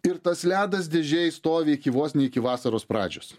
ir tas ledas dėžėj stovi iki vos ne iki vasaros pradžios